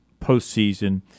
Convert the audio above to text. postseason